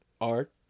Art